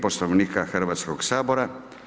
Poslovnika Hrvatskoga sabora.